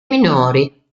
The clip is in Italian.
minori